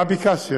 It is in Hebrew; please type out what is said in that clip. מה ביקשת,